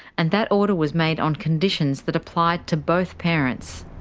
and that order was made on conditions that applied to both parents.